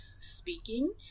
speaking